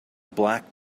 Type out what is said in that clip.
black